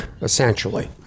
essentially